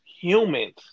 humans